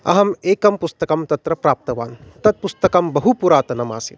अहम् एकं पुस्तकं तत्र प्राप्तवान् तत् पुस्तकं बहु पुरातनम् आसीत्